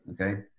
Okay